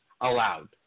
allowed